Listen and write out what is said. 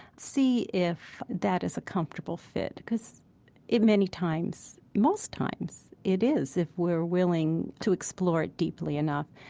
see if that is a comfortable fit. because it many times most times it is, if we're willing to explore it deeply enough,